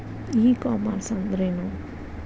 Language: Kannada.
ಇ ಕಾಮರ್ಸ್ ಅಂದ್ರೇನು?